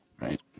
Right